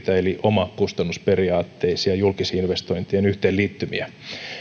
eli omakustannusperiaatteisia julkisinvestointien yhteenliittymiä